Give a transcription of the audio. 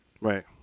Right